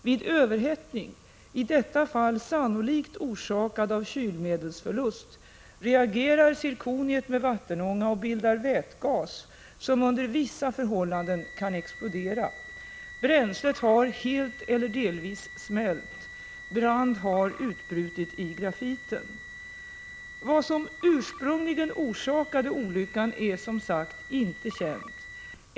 Vid överhettning, i detta fall sannolikt orsakad av kylmedelsförlust, reagerar zirkoniet med vattenånga och bildar vätgas, som under vissa förhållanden kan explodera. Bränslet har helt eller delvis smält. Brand har utbrutit i grafiten. Vad som ursprungligen orsakade olyckan är som sagt inte känt.